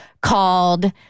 called